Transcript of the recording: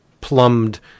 plumbed